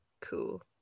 Cool